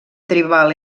tribal